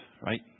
right